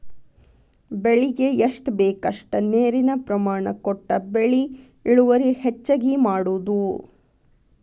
ಬೆಳಿಗೆ ಎಷ್ಟ ಬೇಕಷ್ಟ ನೇರಿನ ಪ್ರಮಾಣ ಕೊಟ್ಟ ಬೆಳಿ ಇಳುವರಿ ಹೆಚ್ಚಗಿ ಮಾಡುದು